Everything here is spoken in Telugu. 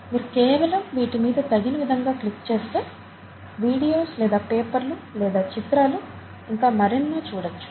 మీరు కేవలం వీటి మీద తగిన విధంగా క్లిక్ చేస్తే వీడియోస్ లేదా పేపర్లు లేదా చిత్రాలు ఇంకా మరెన్నో చూడొచ్చు